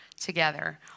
together